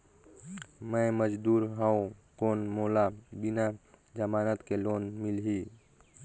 मे मजदूर हवं कौन मोला बिना जमानत के लोन मिलही?